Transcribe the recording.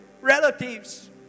relatives